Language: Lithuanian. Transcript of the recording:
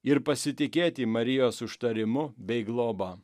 ir pasitikėti marijos užtarimu bei globa